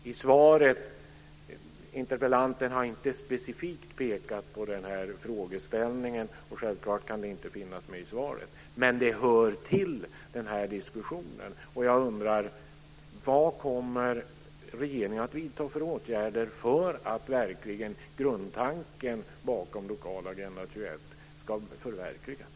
Interpellanten har inte specifikt pekat på den här frågeställningen, och självklart kan den inte finnas med i svaret. Men den hör till den här diskussionen, och jag undrar: Vad kommer regeringen att vidta för åtgärder för att grundtanken bakom lokal Agenda 21 ska förverkligas?